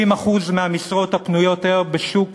70% מהמשרות הפנויות היום בשוק